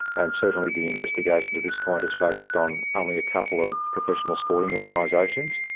and certainly the investigation to this point has focused on only a couple of professional sporting organisations.